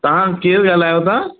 तव्हां केरु ॻाल्हायो था